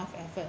effort